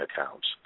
accounts